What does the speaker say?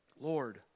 Lord